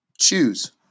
Choose